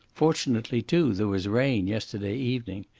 fortunately, too, there was rain yesterday evening.